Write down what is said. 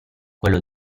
quello